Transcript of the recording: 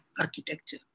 Architecture